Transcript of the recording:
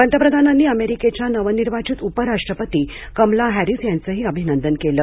पंतप्रधानांनी अमेरिकेच्या नवनिर्वाचित उपराष्ट्रपती कमला हॅरीस याचंही अभिनंदन केलं